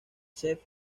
chef